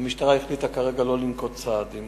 המשטרה החליטה כרגע לא לנקוט צעדים.